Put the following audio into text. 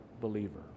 believer